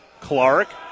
Clark